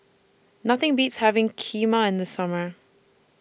Nothing Beats having Kheema in The Summer